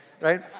right